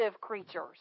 creatures